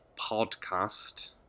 podcast